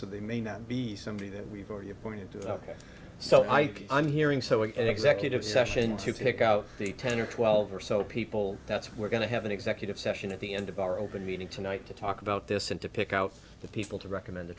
so they may not be somebody that we've already appointed to ok so i think i'm hearing so in an executive session to take out a ten or twelve or so people that's we're going to have an executive session at the end of our open meeting tonight to talk about this and to pick out the people to recommend the